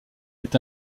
est